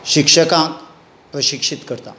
शिक्षकांक प्रशिक्षीत करतां